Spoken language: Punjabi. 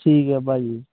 ਠੀਕ ਹੈ ਭਾਜੀ